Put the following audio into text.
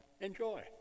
enjoy